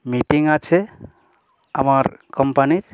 meeting আছে আমার কোম্পানির